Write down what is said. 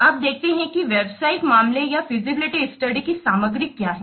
अब देखते हैं कि व्यावसायिक मामले या फीजिबिलिटी स्टडी की सामग्री क्या है